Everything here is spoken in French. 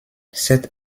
cette